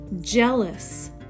jealous